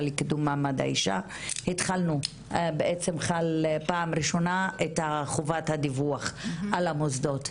לקידום מעמד האישה התחלנו את חובת הדיווח על המוסדות.